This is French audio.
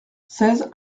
seize